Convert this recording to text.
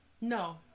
No